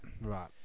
Right